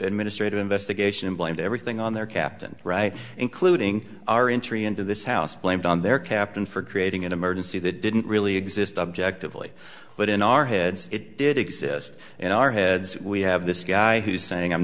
administrative investigation blamed everything on their captain right including our entry into this house blamed on their captain for creating an emergency that didn't really exist objectively but in our heads it did exist in our heads we have this guy who's saying i'm